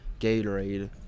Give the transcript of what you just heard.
gatorade